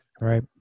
Right